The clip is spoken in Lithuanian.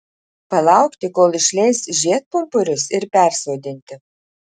palaukti kol išleis žiedpumpurius ir persodinti